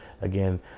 Again